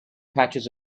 patches